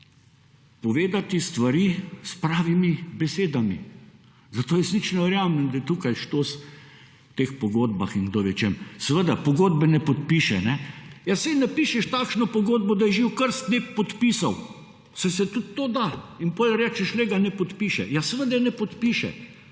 povedati stvari s pravimi besedami, zato jaz nič ne verjamem, da je tukaj štos v teh pogodbah in kdo ve čem. Seveda pogodbe ne podpiše. Saj napišeš takšno pogodbo, da je živi krst ne bi podpisal, saj se tudi to da in potem rečeš poglej ga ne podpiše. Ja seveda ne podpiše,